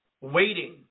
waiting